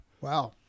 Wow